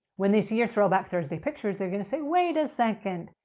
when they see your throwback thursday pictures, they're going to say, wait a second,